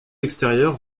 extérieures